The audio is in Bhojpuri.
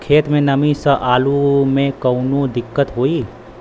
खेत मे नमी स आलू मे कऊनो दिक्कत होई?